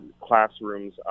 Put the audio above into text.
classrooms